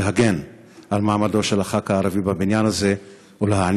להגן על מעמדו של הח"כ הערבי בבניין הזה ולהעניק